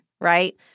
right